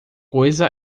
coisa